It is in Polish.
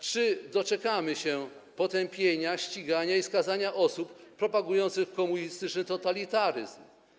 Czy doczekamy się potępienia, ścigania i skazania osób propagujących komunistyczny totalitaryzm?